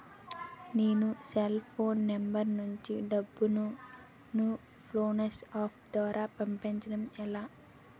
నేను cell phone number నుంచి డబ్బును ను ఫోన్పే అప్ ద్వారా పంపించడం ఎలా?